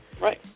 Right